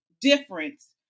difference